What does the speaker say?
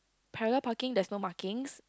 parallel parking there's no markings